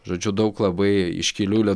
žodžiu daug labai iškilių let